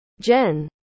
Jen